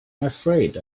afraid